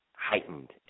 heightened